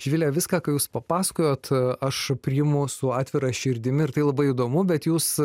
živile viską ką jūs papasakojot aš priimu su atvira širdim ir tai labai įdomu bet jūs